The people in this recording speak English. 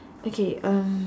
okay um